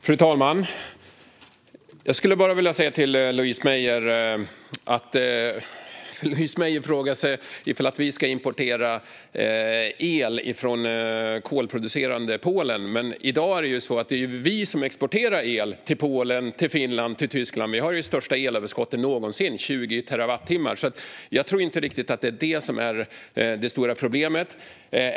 Fru talman! Jag skulle bara vilja säga några ord till Louise Meijer. Hon frågar om vi ska importera el från kolproducerande Polen. Men i dag är det ju vi som exporterar el till Polen, Finland och Tyskland. Vi har det största elöverskottet någonsin, 20 terawattimmar, så jag tror inte att det är det som är det stora problemet.